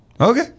Okay